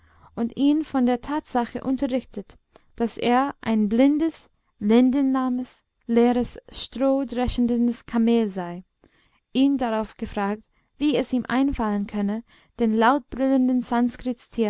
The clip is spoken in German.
und ihn von der tatsache unterrichtet daß er ein blindes lendenlahmes leeres stroh dreschendes kameel sei ihn darauf gefragt wie es ihm einfallen könne den lautbrüllenden